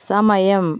സമയം